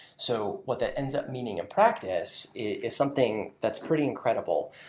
so what that ends up meaning a practice is something that's pretty incredible,